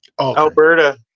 Alberta